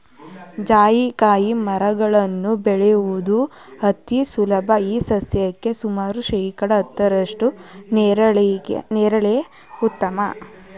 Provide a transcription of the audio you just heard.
ಜಾಯಿಕಾಯಿ ಮರಗಳನ್ನು ಬೆಳೆಯುವುದು ಅತಿ ಸುಲಭ ಈ ಸಸ್ಯಕ್ಕೆ ಸುಮಾರು ಶೇಕಡಾ ಹತ್ತರಷ್ಟು ನೆರಳಿದ್ದರೆ ಉತ್ತಮ